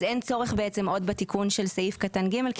אז אין עוד צורך בתיקון של סעיף 21(ג),